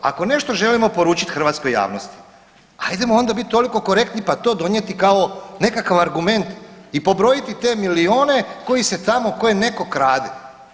Ako nešto želimo poručiti hrvatskoj javnosti, hajdemo onda biti toliko korektni pa to donijeti kao nekakav argument i pobrojiti te milijune koji se tamo, koje netko krade.